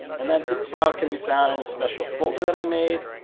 and that zip file can be found in a special folder that i made.